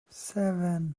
seven